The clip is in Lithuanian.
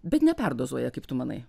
bet neperdozuoja kaip tu manai